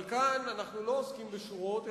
אבל כאן אנחנו לא עוסקים בשורות,